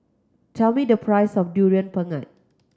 tell me the price of Durian Pengat